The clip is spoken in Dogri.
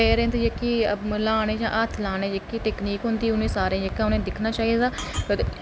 पैर दी जेह्की ल्हाने इ'यां हत्थ ल्हाने जेह्की टैकनीक होंदी सारे जेह्का उ'नें दिक्खना चाहिदा